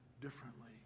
differently